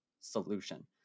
solution